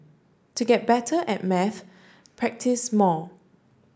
to get better at maths practise more